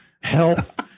health